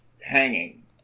hanging